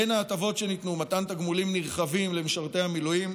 בין ההטבות שניתנו: מתן תגמולים נרחבים למשרתי המילואים,